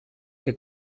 que